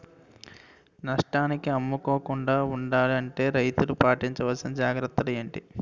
నష్టానికి అమ్ముకోకుండా ఉండాలి అంటే రైతులు పాటించవలిసిన జాగ్రత్తలు ఏంటి